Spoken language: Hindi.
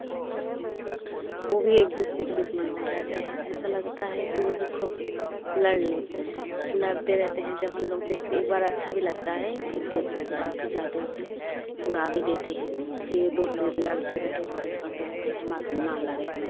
वे भी एक दूसरे के दुश्मन हो जाते हैं ऐसा लगता है कि वे भी खूब लड़ लें लड़ते रहते हैं जब हम लोग देखते हैं एक बार अच्छा भी लगता है फिर देखने के बाद फिर जाते हैं उसे छुड़ा भी देते हैं कि एक दूसरे से लड़ते रहते इतना झगड़ते रहते हैं मत न लड़ें